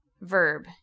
Verb